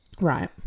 right